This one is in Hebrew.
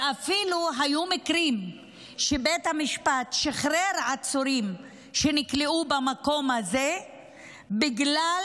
ואפילו היו מקרים שבית המשפט שחרר עצורים שנכלאו במקום הזה בגלל